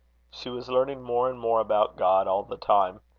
she was learning more and more about god all the time.